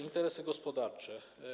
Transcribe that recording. Interesy gospodarcze.